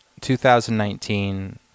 2019